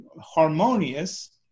harmonious